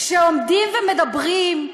כשעומדים ומדברים,